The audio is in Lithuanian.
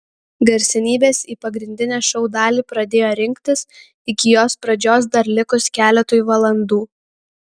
garsenybės į pagrindinę šou dalį pradėjo rinktis iki jos pradžios dar likus keletui valandų